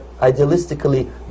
idealistically